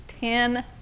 ten